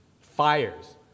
fires